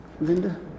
Linda